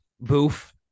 Boof